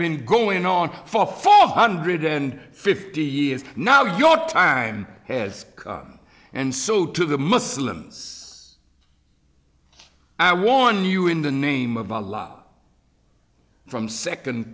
been going on for four hundred and fifty years now your time has come and so to the muslims i warn you in the name of allah from second